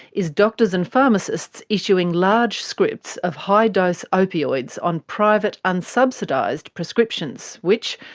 is doctors and pharmacists issuing large scripts of high dose opioids on private, unsubsidised prescriptions, which,